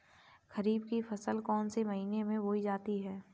खरीफ की फसल कौन से महीने में बोई जाती है?